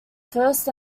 first